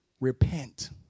Repent